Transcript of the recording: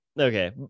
okay